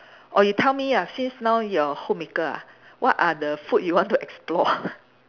or you tell me ah since now you are a homemaker ah what are the food you want to explore